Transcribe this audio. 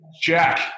Jack